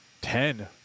ten